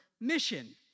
mission